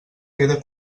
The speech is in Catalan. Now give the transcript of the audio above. queda